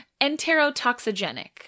Enterotoxigenic